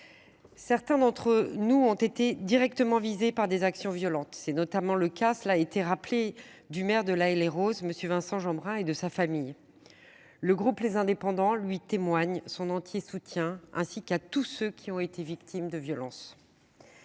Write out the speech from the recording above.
Certains d’entre nous ont été directement visés par des actions violentes. C’est notamment le cas – cela a été rappelé – du maire de L’Haÿ les Roses, M. Vincent Jeanbrun, et de sa famille. Au nom du groupe Les Indépendants, je tiens à lui témoigner notre entier soutien, ainsi qu’à tous ceux qui ont été victimes de violences.